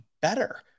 better